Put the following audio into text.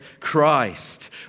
Christ